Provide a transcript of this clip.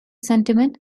sentiment